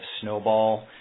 snowball